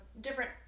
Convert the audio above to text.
different